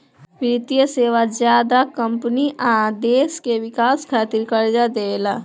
वित्तीय सेवा ज्यादा कम्पनी आ देश के विकास खातिर कर्जा देवेला